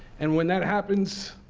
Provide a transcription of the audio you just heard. and when that happens,